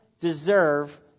deserve